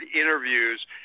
interviews